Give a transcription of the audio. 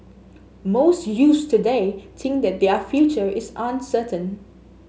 most youths today think that their future is uncertain